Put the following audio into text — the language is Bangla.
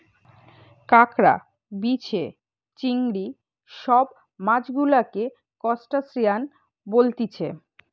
কাঁকড়া, বিছে, চিংড়ি সব মাছ গুলাকে ত্রুসটাসিয়ান বলতিছে